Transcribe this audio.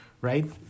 Right